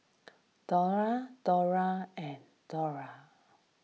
Dollah Dollah and Dollah